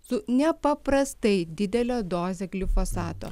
su nepaprastai didele doze glifosato